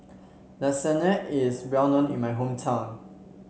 Lasagne is well known in my hometown